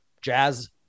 jazz